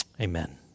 Amen